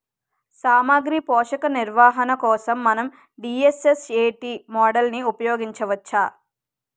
సామాగ్రి పోషక నిర్వహణ కోసం మనం డి.ఎస్.ఎస్.ఎ.టీ మోడల్ని ఉపయోగించవచ్చా?